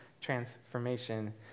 transformation